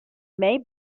may